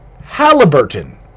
Halliburton